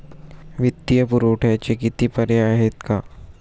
वित्तीय पुरवठ्याचे किती पर्याय आहेत का?